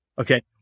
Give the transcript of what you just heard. okay